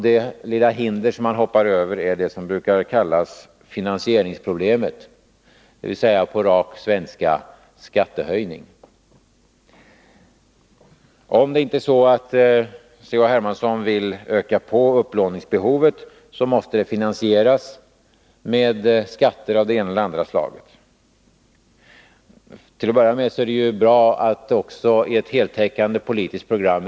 Det lilla hinder som han hoppar över är det som brukar kallas finansieringsproblemet — på ren svenska skattehöjning. Om C.-H. Hermansson inte vill öka på upplåningsbehovet, måste åtgärderna finansieras med skatter av det ena eller det andra slaget. För det första är det bra att redovisa det i ett heltäckande politiskt program.